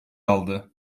aldı